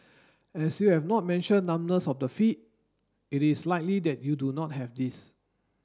as you have not mentioned numbness of the feet it is likely that you do not have this